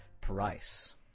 price